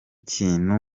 kintu